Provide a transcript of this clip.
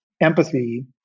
empathy